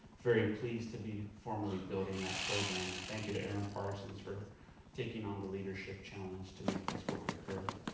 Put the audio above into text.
very pleased to be formally building that program. thank you to erin parsons for taking on the leadership challenge to make this work occur.